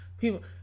people